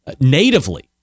natively